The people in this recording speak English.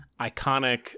iconic